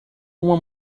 uma